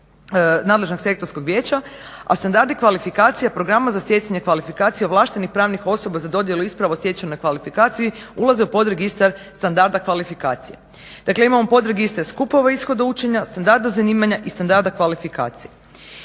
a standardi kvalifikacije programa za stjecanje kvalifikacije ovlaštenih pravnih osoba za dodjelu ispravnosti o stečenoj kvalifikaciji ulaze u podregistar standarda kvalifikacije. Dakle, imamo podregistar skupova ishoda učenja, standarda zanimanja i standarda kvalifikacija.